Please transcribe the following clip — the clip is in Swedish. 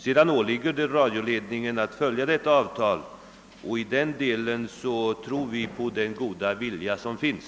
Sedan ålägger det radioledningen att följa detta avtal, och i den delen tror vi på att den goda viljan finns.